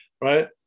Right